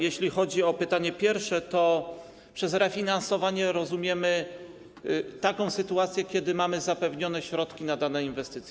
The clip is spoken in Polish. Jeśli chodzi o pytanie pierwsze, to przez refinansowanie rozumiemy taką sytuację, kiedy mamy zapewnione środki na dane inwestycje.